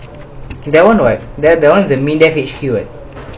that one is that one is the MINDEF H_Q it